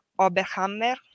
Oberhammer